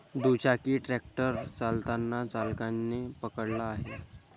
दुचाकी ट्रॅक्टर चालताना चालकाने पकडला आहे